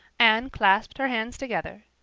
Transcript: anne clasped her hands together,